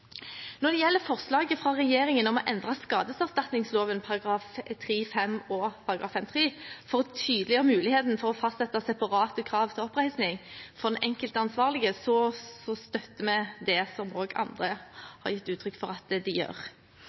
Når det gjelder forslaget fra regjeringen om å endre skadeserstatningsloven § 3-5 og § 5-3 for å tydeliggjøre muligheten for å fastsette separate krav til oppreisning for den enkelte ansvarlige, støtter vi det – som også andre har gitt uttrykk for at de gjør.